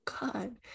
god